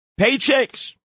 Paychecks